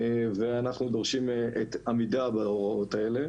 ואנחנו דורשים את העמידה בהוראות האלה.